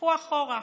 קחו אחורה,